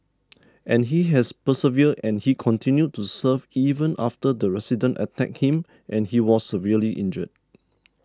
and he has persevered and he continued to serve even after the resident attacked him and he was severely injured